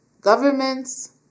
Governments